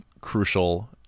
crucial